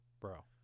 Bro